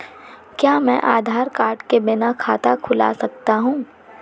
क्या मैं आधार कार्ड के बिना खाता खुला सकता हूं?